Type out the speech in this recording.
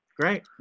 Great